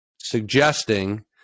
suggesting